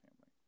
family